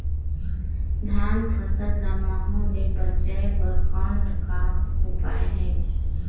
धान फसल ल महू ले बचाय बर कौन का उपाय हे?